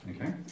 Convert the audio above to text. okay